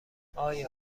آیا